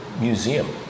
museum